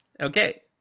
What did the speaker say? Okay